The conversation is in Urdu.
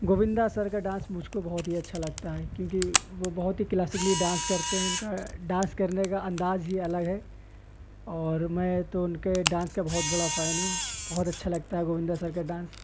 گووندا سر کا ڈانس مجھ کو بہت ہی اچھا لگتا ہے کیوںکہ وہ بہت ہی کلاسیکیلی ڈانس کرتے ہیں ان کا ڈانس کرنے کا انداز ہی الگ ہے اور میں تو ان کے ڈانس کا بہت بڑا فین ہوں بہت اچھا لگتا ہے گووندا سر کا ڈانس